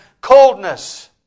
coldness